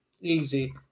Easy